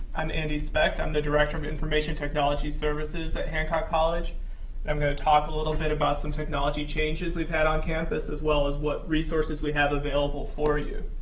i'm andy specht. i'm the director of information technology services at hancock college, and i'm going to talk a little bit about some technology changes we've had on campus as well as what resources we have available for you.